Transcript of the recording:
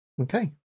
Okay